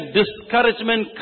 discouragement